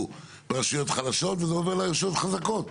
ברשויות חלשות וזה עובר לרשויות חזקות?